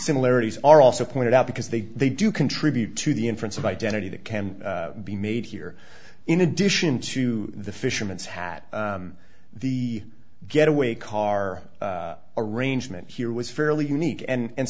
similarities are also pointed out because they they do contribute to the inference of identity that can be made here in addition to the fisherman's hat the getaway car arrangement here was fairly unique and